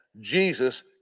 Jesus